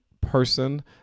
person